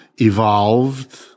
evolved